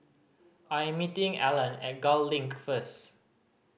I am meeting Allan at Gul Link first